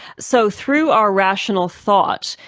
so through our rational thought,